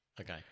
Okay